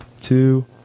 two